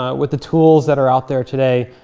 ah with the tools that are out there today,